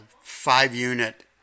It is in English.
five-unit